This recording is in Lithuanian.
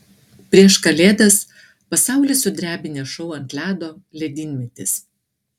prieš kalėdas pasaulį sudrebinęs šou ant ledo ledynmetis